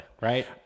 Right